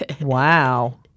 Wow